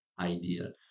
idea